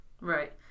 Right